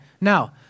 Now